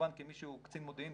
כקצין מודיעין,